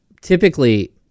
Typically